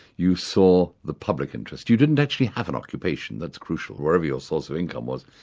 you saw the public interest. you didn't actually have an occupation, that's crucial, wherever your source of income was,